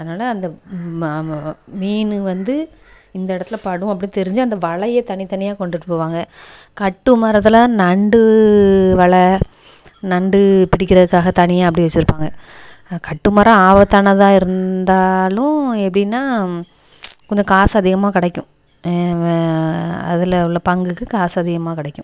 அதனால் அந்த ம மீன் வந்து இந்த இடத்துல படும் அப்படினு தெரிஞ்சு அந்த வலையை தனித்தனியாக கொண்டுட்டு போவாங்க கட்டுமரத்தில் நண்டு வலை நண்டு பிடிக்கிறதுக்காக தனியாக அப்படி வச்சிருப்பாங்க கட்டுமரம் ஆபத்தானதாக இருந்தாலும் எப்படின்னா கொஞ்சம் காசு அதிகமாக கிடைக்கும் அதில் உள்ள பங்குக்கு காசு அதிகமாக கிடைக்கும்